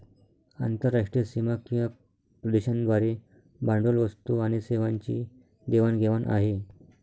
आंतरराष्ट्रीय सीमा किंवा प्रदेशांद्वारे भांडवल, वस्तू आणि सेवांची देवाण घेवाण आहे